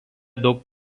daug